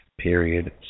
period